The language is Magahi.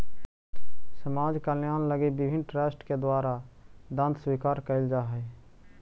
समाज कल्याण लगी विभिन्न ट्रस्ट के द्वारा दांत स्वीकार कैल जा हई